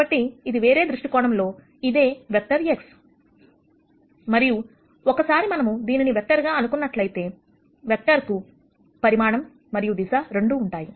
కాబట్టి ఇది వేరే దృష్టికోణంలో ఇదే వెక్టార్ X మరియు ఒకసారి మనము దీనిని వెక్టార్ గా అనుకున్నట్లయితే వెక్టార్ కు పరిమాణం మరియు దిశ రెండూ ఉంటాయి